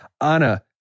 anna